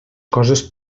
coses